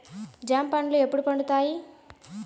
జామ పండ్లు ఎప్పుడు పండుతాయి?